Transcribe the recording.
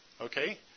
Okay